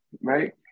right